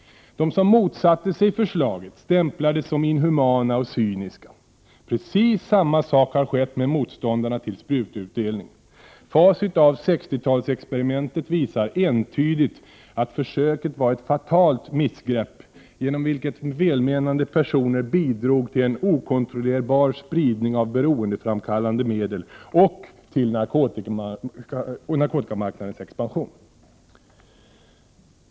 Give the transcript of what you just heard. De som motsatte sig förslaget stämplades som inhumana och cyniska. Precis samma sak har skett med motståndarna till sprututdelning. Facit av 60-talsexperimentet visar emellertid entydigt att försöket var ett fatalt missgrepp, genom vilket välmenande personer bidrog till en okontrollerbar spridning av beroendeframkallande medel och till narkotikamarknadens expansion.